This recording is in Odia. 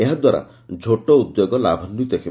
ଏହାଦ୍ୱାରା ଝୋଟ ଉଦ୍ୟୋଗ ଲାଭାନ୍ୱିତ ହେବ